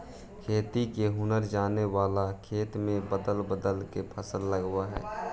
खेती के हुनर जाने वाला खेत में बदल बदल के फसल लगावऽ हइ